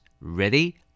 Ready